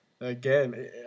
again